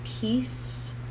peace